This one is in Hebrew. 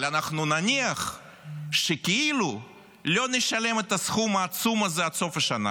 אבל אנחנו נניח שכאילו לא נשלם את הסכום העצום הזה עד סוף השנה,